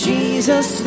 Jesus